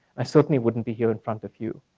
i certainly wouldn't be here in front of you.